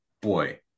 boy